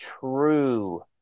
true